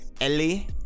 Ellie